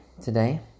today